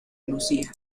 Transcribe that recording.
lucía